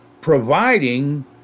providing